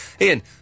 Ian